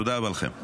תודה רבה לכם.